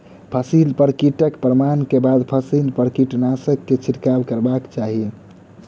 फसिल पर कीटक प्रमाण के बाद फसिल पर कीटनाशक के छिड़काव करबाक चाही